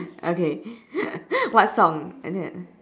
okay what song and that